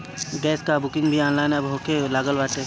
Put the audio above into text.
gas कअ booking भी online अब होखे लागल बाटे